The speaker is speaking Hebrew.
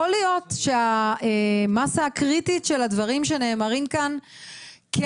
יכול להיות שהמסה הקריטית של הדברים שנאמרים כאן כן